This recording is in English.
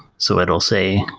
so it'll say